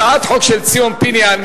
הצעת החוק של ציון פיניאן,